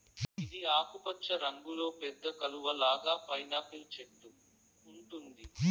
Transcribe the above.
ఇది ఆకుపచ్చ రంగులో పెద్ద కలువ లాగా పైనాపిల్ చెట్టు ఉంటుంది